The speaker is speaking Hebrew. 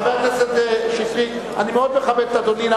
חבר הכנסת שטרית, אני מאוד מכבד את אדוני.